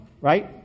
right